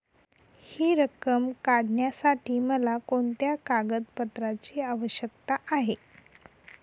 हि रक्कम काढण्यासाठी मला कोणत्या कागदपत्रांची आवश्यकता आहे?